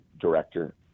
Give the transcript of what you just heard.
director